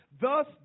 Thus